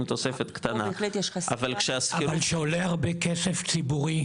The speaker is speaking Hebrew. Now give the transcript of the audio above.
עם תוספת קטנה --- אבל שעולה הרבה כסף ציבורי,